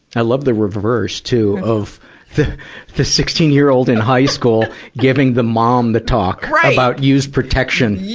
i love the reverse, too, of the, the sixteen year old in high school giving the mom the talk tonya right! about use protection, yeah